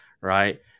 right